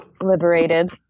liberated